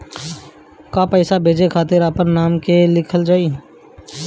का पैसा भेजे खातिर अपने नाम भी लिकल जाइ?